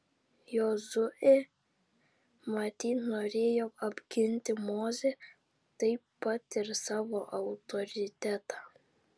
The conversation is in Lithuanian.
jozuė matyt norėjo apginti mozę taip pat ir savo autoritetą